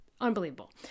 unbelievable